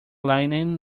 linen